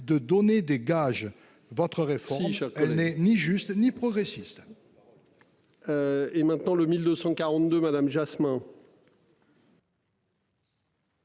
de donner des gages votre récit, elle n'est ni juste ni progressiste. Et maintenant le 1242 Madame Jasmin.